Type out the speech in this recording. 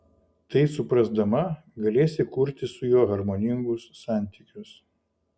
tai suprasdama galėsi kurti su juo harmoningus santykius